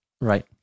Right